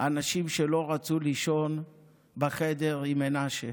אנשים שלא רצו לישון בחדר עם מנשה.